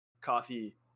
coffee